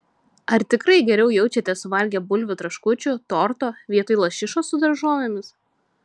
ar tikrai geriau jaučiatės suvalgę bulvių traškučių torto vietoj lašišos su daržovėmis